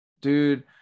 dude